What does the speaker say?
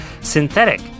Synthetic